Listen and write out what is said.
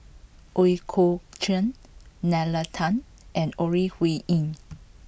Ooi Kok Chuen Nalla Tan and Ore Huiying